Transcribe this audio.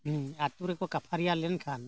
ᱦᱮᱸ ᱟᱛᱳ ᱨᱮᱠᱚ ᱠᱷᱟᱹᱯᱟᱹᱨᱤᱭᱟᱹ ᱞᱮᱱᱠᱷᱟᱱ